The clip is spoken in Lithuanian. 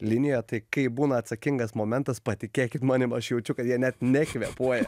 linijoje tai kai būna atsakingas momentas patikėkit manim aš jaučiu kad jie net nekvėpuoja